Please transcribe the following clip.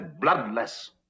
bloodless